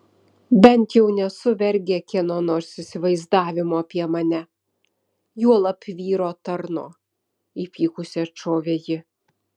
bent jau nesu vergė kieno nors įsivaizdavimo apie mane juolab vyro tarno įpykusi atšovė ji